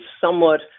somewhat